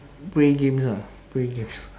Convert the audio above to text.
play games ah play games